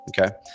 okay